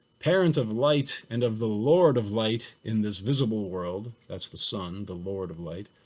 parents of light and of the lord of light in this visible world, that's the sun, the lord of light,